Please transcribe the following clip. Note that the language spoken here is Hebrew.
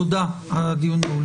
תודה, הדיון נעול.